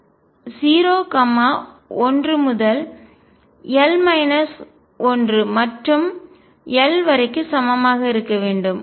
0 1 முதல் l 1 மற்றும் l வரைக்கு சமமாக இருக்க வேண்டும்